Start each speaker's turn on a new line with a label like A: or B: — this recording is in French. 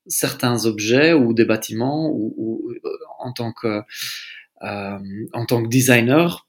A: certains objets ou des bâtiments ou- ou, euh, en tant que, euh, en tant que designer,